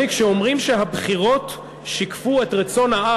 הסיעות החרדיות.